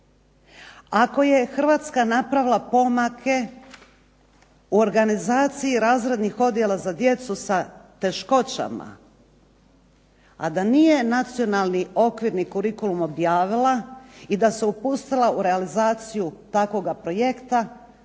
ako je Hrvatska napravila pomake u organizaciji razrednih odjela za djecu sa teškoćama, a da nije Nacionalni okvirni kurikulum objavila i da se upustila u realizaciju takvoga projekta,